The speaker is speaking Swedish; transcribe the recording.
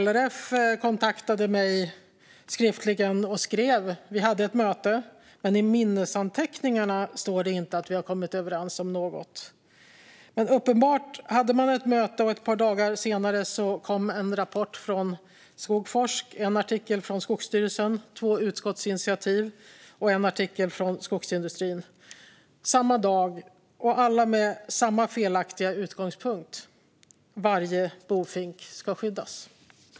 LRF kontaktade mig skriftligen. Vi hade ett möte. Men i minnesanteckningarna står det inte att vi har kommit överens om något. Men uppenbart hade man ett möte. Ett par dagar senare kom en rapport från Skogforsk, en artikel från Skogsstyrelsen, två utskottsinitiativ och en artikel från Skogsindustrierna. De kom samma dag, och de hade alla samma felaktiga utgångspunkt: Varje bofink ska skyddas.